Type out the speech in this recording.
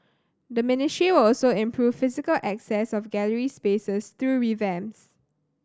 the ministry will also improve physical access of gallery spaces through revamps